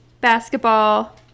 basketball